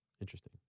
Interesting